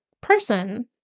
person